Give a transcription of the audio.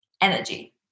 energy